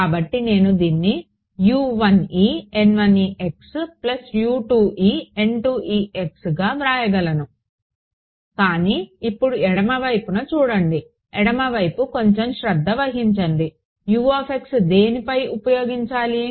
కాబట్టి నేను దీన్ని గా వ్రాయగలను కానీ ఇప్పుడు ఎడమవైపున చూడండి ఎడమ వైపు కొంచెం శ్రద్ధ వహించండి దేనిపై ఉపయోగించాలి